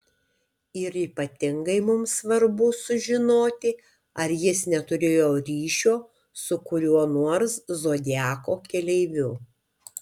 ir ypatingai mums svarbu sužinoti ar jis neturėjo ryšio su kuriuo nors zodiako keleiviu